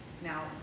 Now